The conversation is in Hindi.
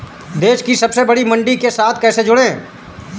देश की सबसे बड़ी मंडी के साथ कैसे जुड़ें?